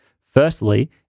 Firstly